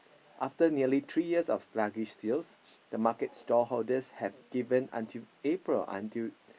after nearly three year of sluggish sales the market stall holders have given until April until